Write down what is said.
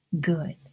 good